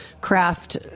craft